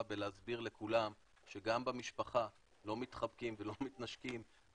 בלהסביר לכולם שגם במשפחה לא מתחבקים ולא מתנשקים,